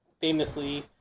famously